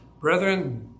brethren